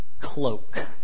cloak